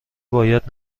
باید